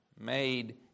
made